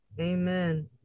Amen